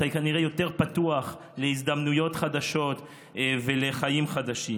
אתה כנראה יותר פתוח להזדמנויות חדשות ולחיים חדשים,